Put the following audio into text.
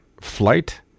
flight